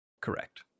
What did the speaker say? correct